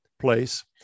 place